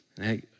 Hey